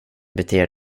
beter